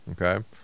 okay